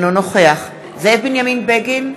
אינו נוכח זאב בנימין בגין,